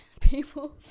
people